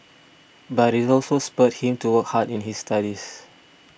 but it also spurred him to work hard in his studies